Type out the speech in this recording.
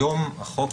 היום בחוק